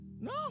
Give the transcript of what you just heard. No